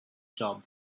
job